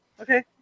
Okay